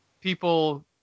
people